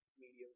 medium